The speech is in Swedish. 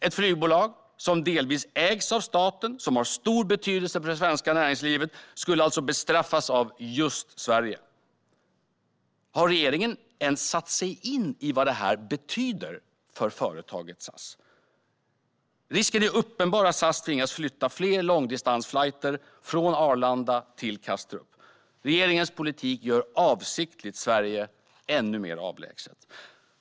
Ett flygbolag som delvis ägs av staten och som har stor betydelse för det svenska näringslivet skulle alltså bestraffas av just Sverige. Har regeringen ens satt sig in i vad detta betyder för företaget SAS? Risken är uppenbar att SAS tvingas flytta fler långdistansflighter från Arlanda till Kastrup. Regeringens politik gör avsiktligt Sverige ännu mer avlägset.